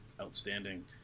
outstanding